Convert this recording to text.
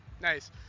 Nice